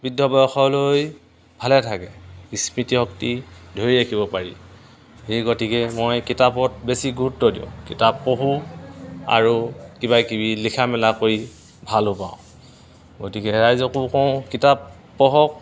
বৃদ্ধ বয়সলৈ ভালে থাকে স্মৃতি শক্তি ধৰি ৰাখিব পাৰি সেই গতিকে মই কিতাপত বেছি গুৰুত্ব দিওঁ কিতাপ পঢ়ো আৰু কিবাকিবি লিখা মেলা কৰি ভালো পাওঁ গতিকে ৰাইজকো কওঁ কিতাপ পঢ়ক